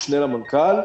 המשנה למנכ"ל.